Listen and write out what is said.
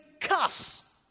cuss